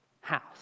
house